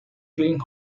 clint